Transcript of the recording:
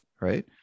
right